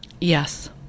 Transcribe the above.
Yes